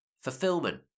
fulfillment